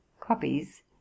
copies